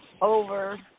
over